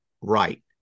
right